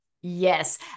yes